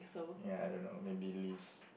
ya and then maybe Liz